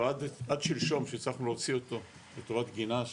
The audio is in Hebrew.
עד שלשום שהצלחנו להוציא אותו לטובת גינה,